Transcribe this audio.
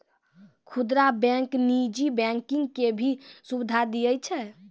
खुदरा बैंक नीजी बैंकिंग के भी सुविधा दियै छै